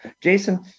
Jason